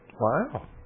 Wow